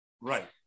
Right